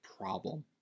problem